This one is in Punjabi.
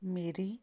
ਮੇਰੀ